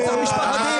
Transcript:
גינית את רצח משפחת די?